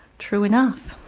true enough,